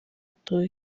atuye